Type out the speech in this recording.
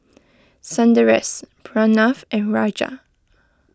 Sundaresh Pranav and Raja